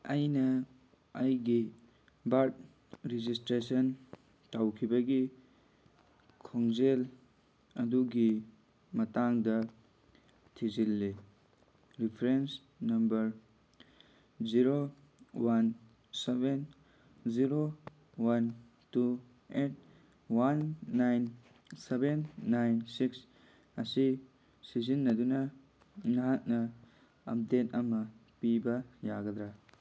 ꯑꯩꯅ ꯑꯩꯒꯤ birth registration ꯇꯧꯈꯤꯕꯒꯤ ꯈꯣꯡꯖꯦꯜ ꯑꯗꯨꯒꯤ ꯃꯇꯥꯡꯗ ꯊꯤꯖꯤꯜꯂꯤ reference number zero one seven zero one two eight one nine seven nine six ꯑꯁꯤ ꯁꯤꯖꯤꯟꯅꯗꯨꯅ ꯅꯍꯥꯛꯅ ꯑꯞꯗꯦꯠ ꯑꯃ ꯄꯤꯕ ꯌꯥꯒꯗ꯭ꯔꯥ